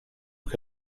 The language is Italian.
che